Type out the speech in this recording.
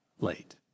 late